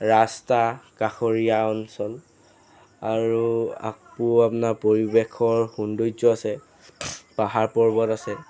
ৰাস্তা কাষৰীয়া অঞ্চল আৰু আকৌ আপোনাৰ পৰিৱেশৰ সৌন্দৰ্য আছে পাহাৰ পৰ্বত আছে